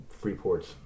Freeport's